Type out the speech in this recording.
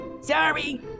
Sorry